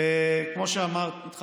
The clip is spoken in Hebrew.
זו הדרך שלהם להגיד: זה לא יקרה.